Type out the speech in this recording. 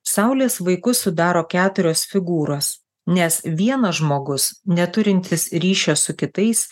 saulės vaikus sudaro keturios figūros nes vienas žmogus neturintis ryšio su kitais